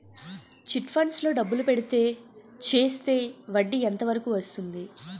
Chit funds లో డబ్బులు పెడితే చేస్తే వడ్డీ ఎంత వరకు వస్తుంది?